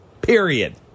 period